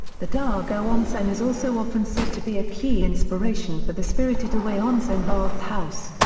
the dogo onsen is also often said to be a key inspiration for the spirited away onsen bathhouse.